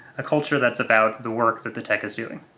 a culture that's about the work that the tech is doing.